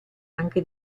anche